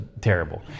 terrible